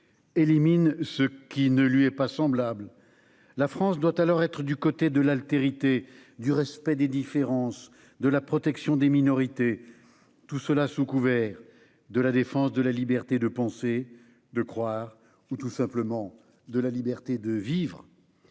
élimine ce qui ne lui est pas semblable. La France doit alors être du côté de l'altérité, du respect des différences, de la protection des minorités, tout cela sous couvert de la défense de la liberté de penser, de croire ou, tout simplement, de la liberté de vivre.